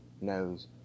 knows